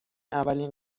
اولین